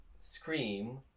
Scream